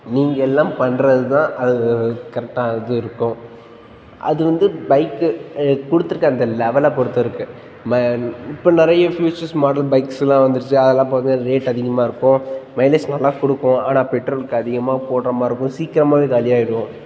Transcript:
நீங்கெல்லாம் பண்ணுறது தான் அது கரெக்டாக அது இருக்கும் அது வந்து பைக்கு கொடுத்துருக்க அந்த லெவலை பொறுத்திருக்குது இப்போ நிறைய ஃப்யூச்சர்ஸ் மாடல் பைக்ஸுலாம் வந்துடுச்சி அதல்லாம் பார்த்தீங்கன்னா ரேட் அதிகமாக இருக்கும் மைலேஜ் நல்லா கொடுக்கும் ஆனால் பெட்ரோலுக்கு அதிகமாக போடுற மாதிரி இருக்கும் சீக்கிரமாகவே காலி ஆகிடும்